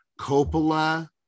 Coppola